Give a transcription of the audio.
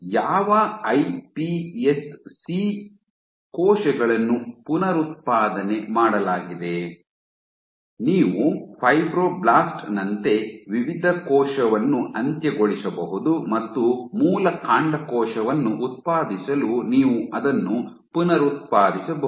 ಯಾವ ಐಪಿಎಸ್ಸಿ ಕೋಶಗಳನ್ನು ಪುನರುತ್ಪಾದನೆ ಮಾಡಲಾಗಿದೆ ನೀವು ಫೈಬ್ರೊಬ್ಲಾಸ್ಟ್ ನಂತೆ ವಿಭಿನ್ನ ಕೋಶವನ್ನು ಅಂತ್ಯಗೊಳಿಸಬಹುದು ಮತ್ತು ಮೂಲ ಕಾಂಡಕೋಶವನ್ನು ಉತ್ಪಾದಿಸಲು ನೀವು ಅದನ್ನು ಪುನರುತ್ಪಾದಿಸಬಹುದು